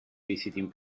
visiting